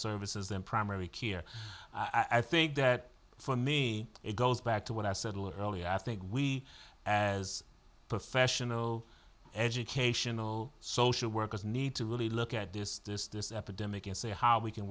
services and primary care i think that for me it goes back to what i said earlier i think we as professional educational social workers need to really look at this this this epidemic and see how we can